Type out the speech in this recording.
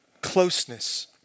Closeness